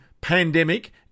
pandemic